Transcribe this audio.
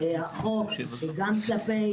זאת אומרת,